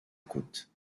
côte